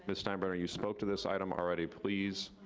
but steinburner, you spoke to this item already. please.